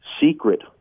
secret